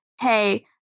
hey